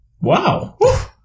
Wow